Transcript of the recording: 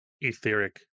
etheric